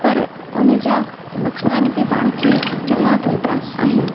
पर हुनजा नुक़सान बि पाण खे चङा थींदा आहिनि